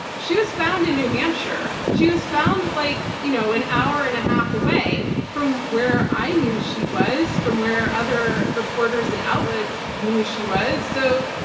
she was found in new hampshire. she was found like you know an hour and a half away from where i knew she was, from where other reporters and outlets knew she was. so,